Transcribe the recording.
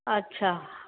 अच्छा